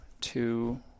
Two